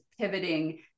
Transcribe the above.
pivoting